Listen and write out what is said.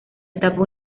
etapa